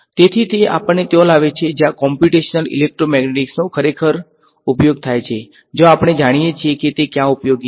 તેથી તે આપણને ત્યા લાવે છે જ્યાં કોમ્પ્યુટેશનલ ઇલેક્ટ્રોમેગ્નેટિક્સનો ખરેખર ઉપયોગ થાય છે જ્યાં આપણે જાણીએ છીએ કે તે ક્યાં ઉપયોગી છે